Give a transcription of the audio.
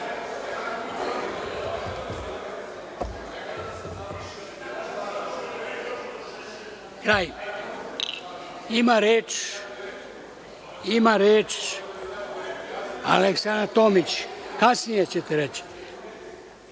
za reč.)Ima reč Aleksandra Tomić, kasnije ćete reći.